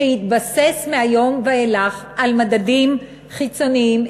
שיתבסס מהיום ואילך על מדדים חיצוניים,